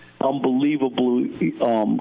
unbelievably